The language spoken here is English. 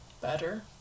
better